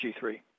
G3